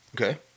okay